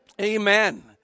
amen